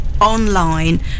online